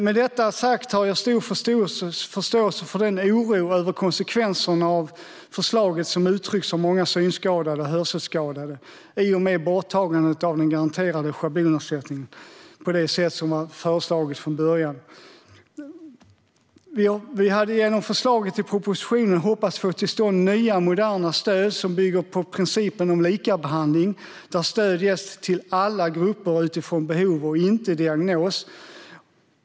Med detta sagt har jag stor förståelse för den oro över konsekvenserna av förslaget som uttrycks av många synskadade och hörselskadade i och med borttagandet av den garanterade schablonersättningen på det sätt som föreslagits från början. Vi hade genom förslaget i propositionen hoppats få till stånd nya moderna stöd som bygger på principen om likabehandling där stöd ges till alla grupper utifrån behov och inte diagnos.